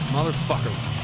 Motherfuckers